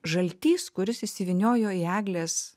žaltys kuris įsivyniojo į eglės